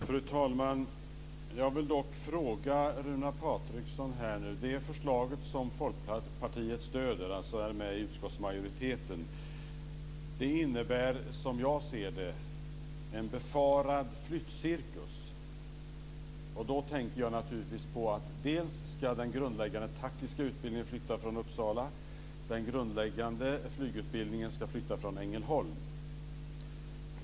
Fru talman! Jag vill ställa en fråga till Runar Patriksson. Det förslag som Folkpartiet stöder, alltså det som stöds av utskottsmajoriteten, innebär som jag ser det en befarad flyttcirkus. Då tänker jag naturligtvis på att den grundläggande taktiska utbildningen ska flyttas från Uppsala och att den grundläggande flygutbildningen ska flyttas från Ängelholm.